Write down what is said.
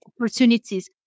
opportunities